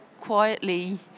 quietly